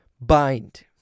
bind